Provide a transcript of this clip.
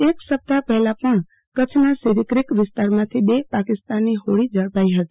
એક સપ્તાહ પહેલા પણ કચ્છના સિરક્રીક વિસ્તારમાંથી બે પાકિસ્તાની હોડી ઝડપાઈ હતી